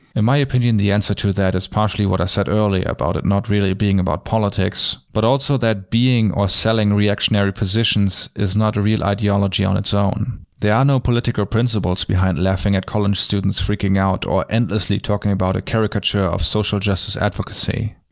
in my opinion, the answer to that is partially what i said earlier about it not really being about politics but also that being, or selling reactionary positions, is not a real ideology on its own. there are no political principles behind laughing at college students freaking out, or endlessly talking about a charicature of social justice advocacy.